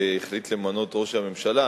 שהחליט למנות ראש הממשלה,